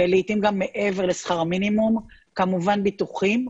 ולעתים גם מעבר לשכר המינימום, כמובן ביטוחים.